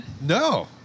No